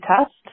test